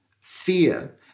fear